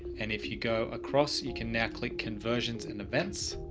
and if you go across, you can now click conversions in events